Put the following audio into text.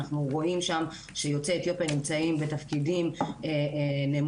אנחנו רואים שם שיוצאי אתיופיה נמצאים בתפקידים נמוכים.